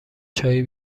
چایی